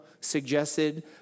suggested